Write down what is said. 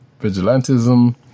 Vigilantism